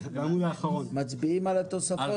מצביעים על התוספות?